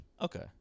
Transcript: okay